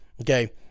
Okay